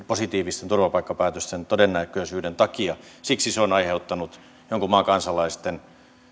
positiivisten turvapaikkapäätösten todennäköisyyden takia siksi se on aiheuttanut jonkun maan kansalaisten